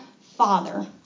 father